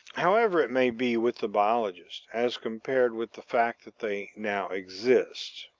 however it may be with the biologist, as compared with the fact that they now exist.